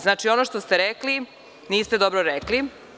Znači, ono što ste rekli, niste dobro rekli.